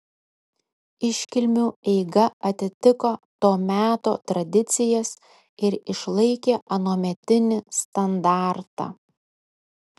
iškilmių eiga atitiko to meto tradicijas ir išlaikė anuometinį standartą